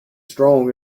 strong